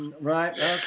Right